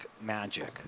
magic